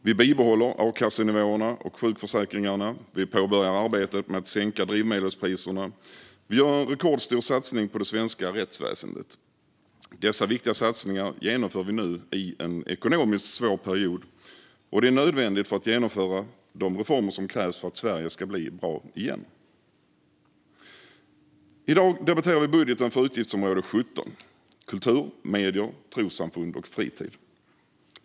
Vi bibehåller a-kassenivåerna och sjukförsäkringarna, vi påbörjar arbetet med att sänka drivmedelspriserna och vi gör en rekordstor satsning på det svenska rättsväsendet. Dessa viktiga satsningar genomför vi nu i en ekonomiskt svår period, och det är nödvändigt för att genomföra de reformer som krävs för att Sverige ska bli bra igen. I dag debatterar vi budgeten för utgiftsområde 17 Kultur, medier, trossamfund och fritid.